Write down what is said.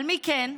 אבל מי כן?